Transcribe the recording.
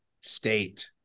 state